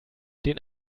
den